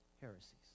heresies